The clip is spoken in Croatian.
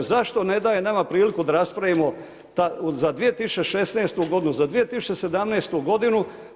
Zašto ne daje nama priliku da raspravimo za 2016. godinu, za 2017. godinu?